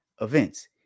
events